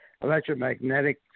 Electromagnetic